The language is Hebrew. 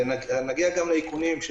ונגיע גם לאיכונים,